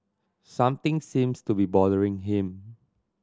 something seems to be bothering him